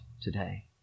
today